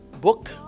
book